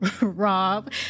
Rob